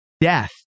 death